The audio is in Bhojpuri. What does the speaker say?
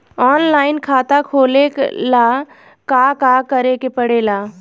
ऑनलाइन खाता खोले ला का का करे के पड़े ला?